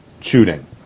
shooting